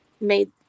made